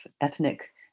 ethnic